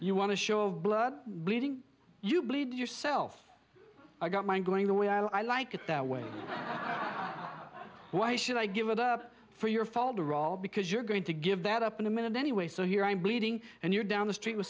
you want to show of blood bleeding you bleed yourself i got mine going the way i like it that way why should i give it up for your father rob because you're going to give that up in a minute anyway so here i am bleeding and you're down the street with